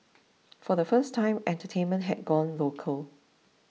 for the first time entertainment had gone local